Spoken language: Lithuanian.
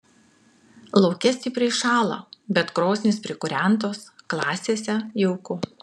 lauke stipriai šąla bet krosnys prikūrentos klasėse jauku